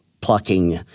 plucking